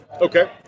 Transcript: Okay